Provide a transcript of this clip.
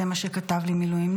זה מה שכתב לי מילואימניק,